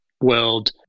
world